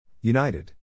United